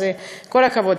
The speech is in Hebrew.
אז כל הכבוד.